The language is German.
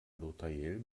notariell